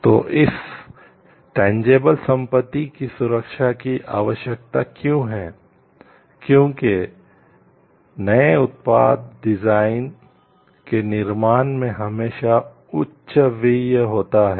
तो इस टेन्जबल के निर्माण में हमेशा उच्च व्यय होता है